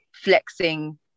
flexing